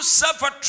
suffer